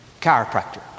chiropractor